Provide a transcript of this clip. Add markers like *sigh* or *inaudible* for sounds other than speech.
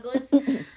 *coughs*